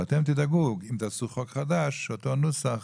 ואתם תדאגו, אם תעשו חוק חדש, אותו נוסח